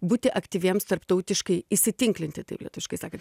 būti aktyviems tarptautiškai įsitinklinti taip lietuviškai sakant tai yra tai o ne taip